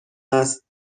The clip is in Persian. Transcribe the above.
است